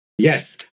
Yes